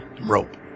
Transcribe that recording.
rope